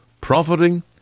Profiting